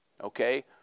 Okay